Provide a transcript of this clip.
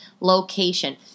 location